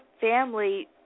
family